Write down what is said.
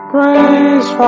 Praise